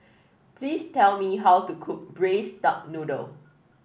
please tell me how to cook Braised Duck Noodle